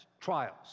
trials